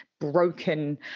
broken